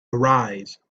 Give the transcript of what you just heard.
arise